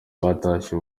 batashye